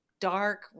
dark